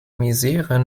misere